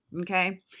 Okay